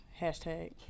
hashtag